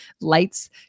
lights